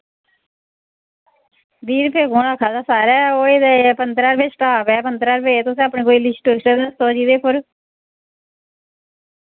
बीह् रपे कु'न आक्खा दा सारै ओह् होई दे पन्दरां रपे स्टाप ऐ पन्दरां रपे तुस अपने कोई लिस्ट लुस्ट दस्सो जिह्दे उप्पर